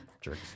Jerks